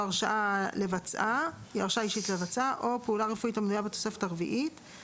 הרשאה אישית לבצעה או פעולה רפואית המנויה בתוספת הרביעית,